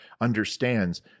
understands